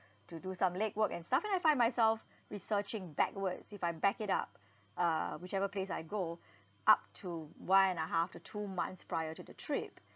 to do some legwork and stuff and I find myself researching backwards if I back it up uh whichever place I go up to one and a half to two months prior to the trip